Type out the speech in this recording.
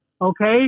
okay